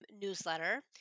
newsletter